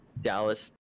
Dallas